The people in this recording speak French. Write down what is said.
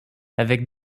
avec